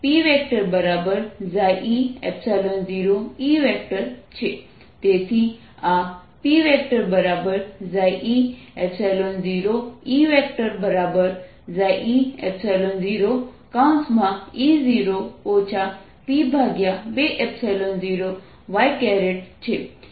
અંદર Pe0E છે તેથી આ Pe0Ee0E0 P20y છે